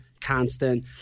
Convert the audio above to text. constant